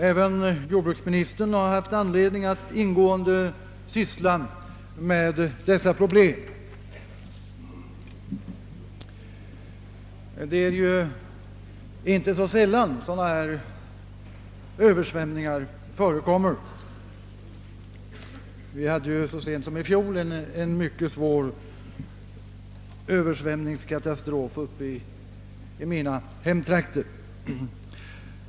Även jordbruksministern har haft anledning att ingående syssla med dem. Det är ju inte så sällan sådana här översvämningar förekommer. Vi hade ju så sent som i fjol en mycket svår Ööversvämningskatastrof uppe i mina hemtrakter.